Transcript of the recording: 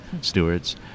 stewards